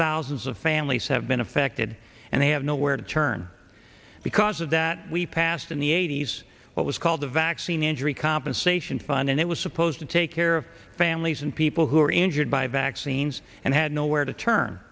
thousands of families have been affected and they have nowhere to turn because of that we passed in the eighty's what was called the vaccine injury compensation fund and it was supposed to take care of families and people who were injured by vaccines and had nowhere to t